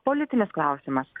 politinis klausimas